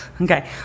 Okay